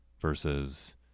versus